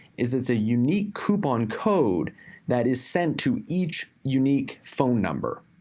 is it's a unique coupon code that is sent to each unique phone number.